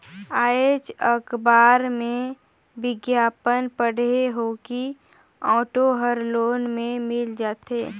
आएज अखबार में बिग्यापन पढ़े हों कि ऑटो हर लोन में मिल जाथे